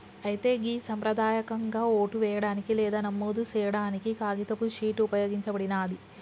అయితే గి సంప్రదాయకంగా ఓటు వేయడానికి లేదా నమోదు సేయాడానికి కాగితపు షీట్ ఉపయోగించబడినాది